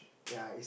yea it's